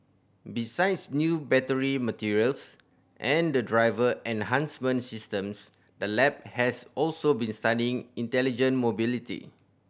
besides new battery materials and driver enhancement systems the lab has also been studying intelligent mobility